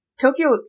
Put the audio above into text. tokyo